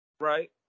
Right